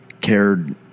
cared